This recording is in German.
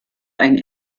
ein